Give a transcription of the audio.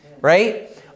Right